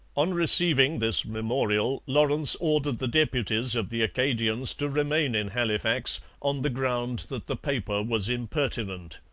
on receiving this memorial lawrence ordered the deputies of the acadians to remain in halifax, on the ground that the paper was impertinent.